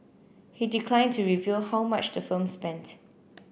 he declined to reveal how much the firm spent